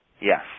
Yes